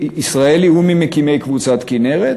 הוא ממקימי קבוצת כינרת.